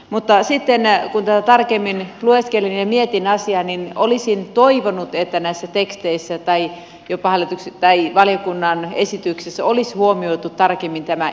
mutta sitten kun tätä tarkemmin lueskelin ja mietin asiaa niin olisin toivonut että näissä teksteissä tai jopa valiokunnan esityksessä olisi huomioitu tarkemmin tämä esteellisyysasia